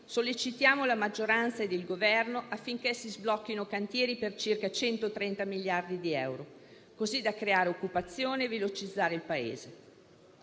sollecitiamo la maggioranza e il Governo affinché si sblocchino cantieri per circa 130 miliardi di euro, così da creare occupazione e velocizzare il Paese.